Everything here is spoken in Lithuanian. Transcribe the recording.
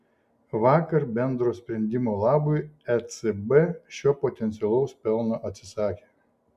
vakar bendro sprendimo labui ecb šio potencialaus pelno atsisakė